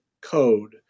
code